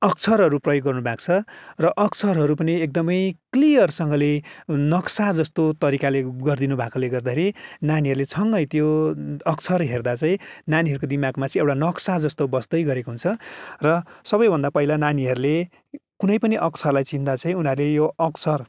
अक्षरहरू प्रयोग गर्नुभएको छ र अक्षरहरू पनि एकदमै क्लियरसँगले नक्सा जस्तो तरिकाले गरिदिनु भएकोले गर्दाखेरि नानीहरूले छङ्गै त्यो अक्षर हेर्दा चाहिँ नानीहरूको दिमागमा चाहिँ एउटा नक्सा जस्तो बस्दै गरेको हुन्छ र सबैभन्दा पहिला नानीहरूले कुनै पनि अक्षरलाई चिन्दा चाहिँ उनीहरूले यो अक्षर